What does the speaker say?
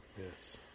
yes